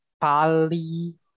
Pali